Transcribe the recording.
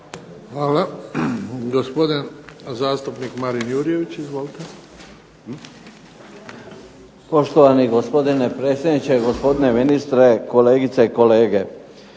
Hvala. Gospodin zastupnik Marin Jurjević. Izvolite. **Jurjević, Marin (SDP)** Poštovani gospodine predsjedniče, gospodine ministre, kolegice i kolege.